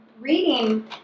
reading